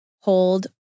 hold